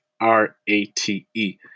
R-A-T-E